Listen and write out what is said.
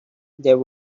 there